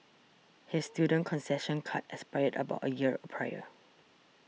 his student concession card expired about a year prior